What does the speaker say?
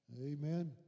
Amen